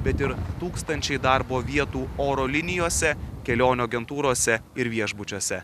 bet ir tūkstančiai darbo vietų oro linijose kelionių agentūrose ir viešbučiuose